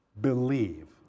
believe